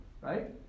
Right